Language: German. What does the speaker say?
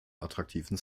attraktiven